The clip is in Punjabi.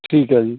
ਠੀਕ ਹੈ ਜੀ